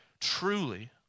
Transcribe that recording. truly